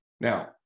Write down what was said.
Now